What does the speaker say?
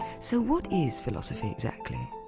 so what is philosophy, exactly?